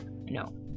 No